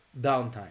Downtime